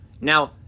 Now